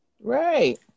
right